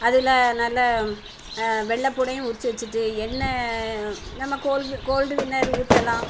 அதில் நல்ல வெள்ளைப்பூண்டையும் உறித்து வைச்சுட்டு எண்ணெய் நம்ம கோல்டு கோல்டு வின்னர் ஊற்றலாம்